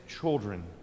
children